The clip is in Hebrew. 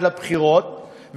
עד לבחירות,